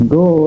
go